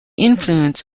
influence